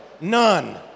None